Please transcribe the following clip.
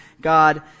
God